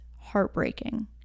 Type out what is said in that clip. heartbreaking